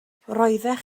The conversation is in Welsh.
roeddech